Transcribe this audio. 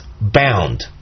bound